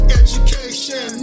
education